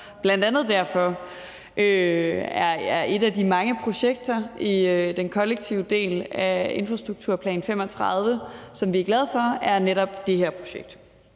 Bl.a. derfor er et af de mange projekter i den kollektive del af infrastrukturplanen for 2035, som vi er glade for, netop det her projekt.